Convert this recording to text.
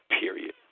Period